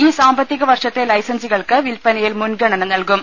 ഈ സാമ്പത്തിക വർഷത്തെ ലൈസൻസികൾക്ക് വിൽപ്പനയിൽ മുൻഗണന നൽകും